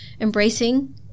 embracing